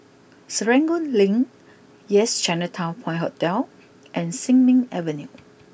Serangoon Link Yes Chinatown Point Hotel and Sin Ming Avenue